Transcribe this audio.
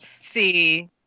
See